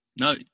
no